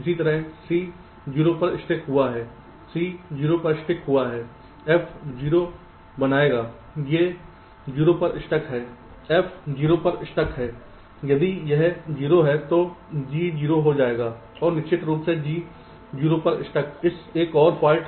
इसी तरह C 0 पर स्टक हुआ है C 0 पर स्टक हुआ है F 0 बनायेगा ये 0 पर स्टक हैं F 0 पर स्टक हैं यदि यह 0 है तो G 0 हो जायेगा और निश्चित रूप से G 0 पर स्टक